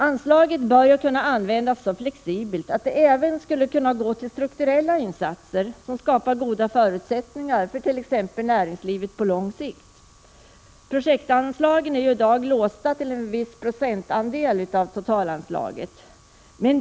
Anslaget bör kunna användas så flexibelt att det kan gå även till strukturella insatser som skapar goda förutsättningar för t.ex. näringslivet på lång sikt. Projektanslagen är i dag låsta till en viss procentandel av totalanslaget.